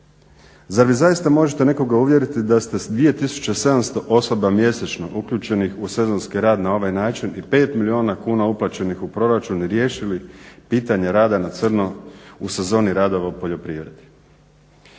Zar vi zaista možete nekoga uvjeriti da ste 2700 osoba mjesečno uključenih u sezonski rad na ovaj način i 5 milijuna kuna uplaćenih u proračun riješili pitanje rada na crno u sezoni radova u poljoprivredi.